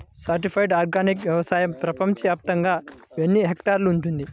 Certified organic వ్యవసాయం ప్రపంచ వ్యాప్తముగా ఎన్నిహెక్టర్లలో ఉంది?